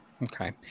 Okay